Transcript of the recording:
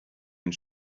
and